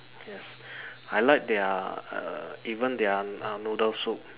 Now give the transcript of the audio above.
yes I like their err even their uh noodle soup